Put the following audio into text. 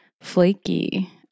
flaky